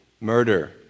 murder